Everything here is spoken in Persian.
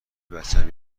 بچم